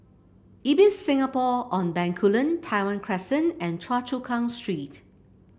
Ibis Singapore on Bencoolen Tai Hwan Crescent and Choa Chu Kang Street